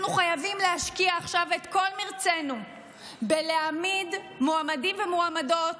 אנחנו חייבים להשקיע עכשיו את כל מרצנו בלהעמיד מועמדים ומועמדות